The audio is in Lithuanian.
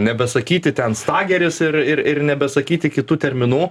nebesakyti ten stageris ir ir ir nebesakyti kitų terminų